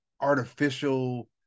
artificial